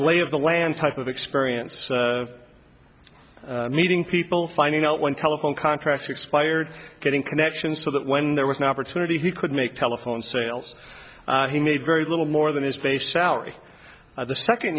lay of the land type of experience meeting people finding out when telephone contract expired getting connections so that when there was no opportunity he could make telephone sales he made very little more than his base salary the second